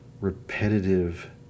repetitive